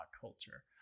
culture